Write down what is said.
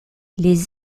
les